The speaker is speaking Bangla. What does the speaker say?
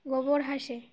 গোবর হাসে